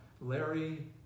Larry